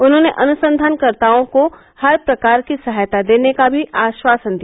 उन्होंने अनुसंधानकर्ताओं को हर प्रकार की सहायता देने का आश्वासन भी दिया